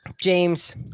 James